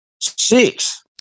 Six